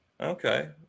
Okay